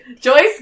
Joyce